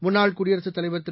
முன்னாள் குடியரசுத் தலைவர் திரு